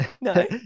No